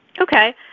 Okay